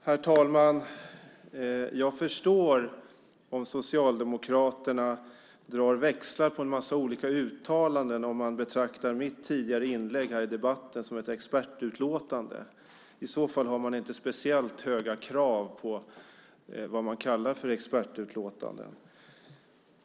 Herr talman! Jag förstår om Socialdemokraterna drar växlar på en massa olika uttalanden om man betraktar mitt tidigare inlägg här i debatten som ett expertutlåtande. I så fall har man inte speciellt höga krav på det man kallar expertutlåtanden.